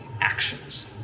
actions